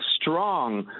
strong